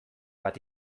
bat